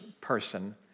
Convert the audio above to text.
person